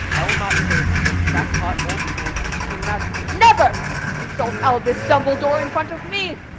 i will not pay for some crackpot old fool to teach him magic tricks. never insult albus dumbledore in front of me.